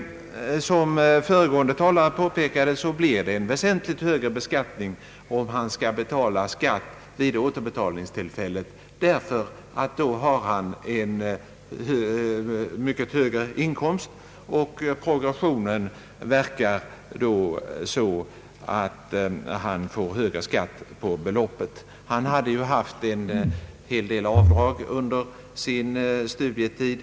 Som föregående talare påpekade blir det en väsentligt högre beskattning, om den som åtnjutit studiemedel skall betala skatt vid återbetalningen, ty då har han en mycket högre inkomst. Progressionen verkar då så, att han får högre skatt på beloppet. Han hade ju kunnat tillgodogöra sig en del avdrag under sin studietid.